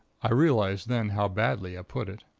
i realized then how badly i put it.